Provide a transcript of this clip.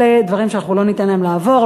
אלה דברים שאנחנו לא ניתן להם לעבור,